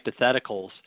hypotheticals